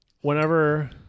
Whenever